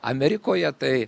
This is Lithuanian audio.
amerikoje tai